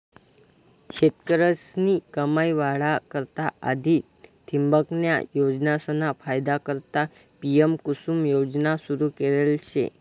शेतकरीस्नी कमाई वाढा करता आधी ठिबकन्या योजनासना फायदा करता पी.एम.कुसुम योजना सुरू करेल शे